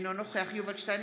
אינו נוכח יובל שטייניץ,